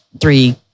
three